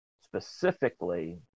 specifically